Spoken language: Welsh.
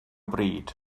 bryd